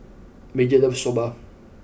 Major loves Soba